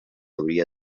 hauria